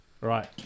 right